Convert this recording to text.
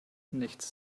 nichts